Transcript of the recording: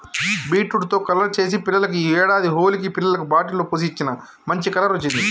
beetroot తో colour చేసి పిల్లలకు ఈ ఏడాది హోలికి పిల్లలకు బాటిల్ లో పోసి ఇచ్చిన, మంచి కలర్ వచ్చింది